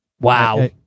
wow